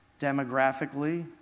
demographically